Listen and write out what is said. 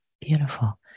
Beautiful